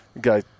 guy